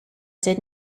did